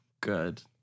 Good